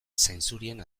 zainzurien